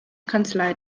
kanzlei